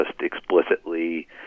explicitly